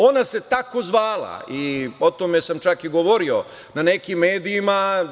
Ona se tako zvala i o tome sam čak govorio na nekim medijima.